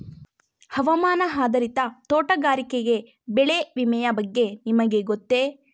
ಹವಾಮಾನ ಆಧಾರಿತ ತೋಟಗಾರಿಕೆ ಬೆಳೆ ವಿಮೆಯ ಬಗ್ಗೆ ನಿಮಗೆ ಗೊತ್ತೇ?